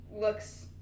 looks